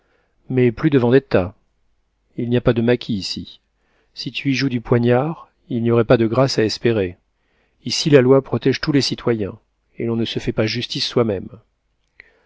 mais plus de vendetta il n'y a pas de mâquis ici si tu y joues du poignard il n'y aurait pas de grâce à espérer ici la loi protège tous les citoyens et l'on ne se fait pas justice soi-même